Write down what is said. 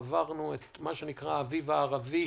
עברנו סבב אחד של מה שמכונה האביב הערבי.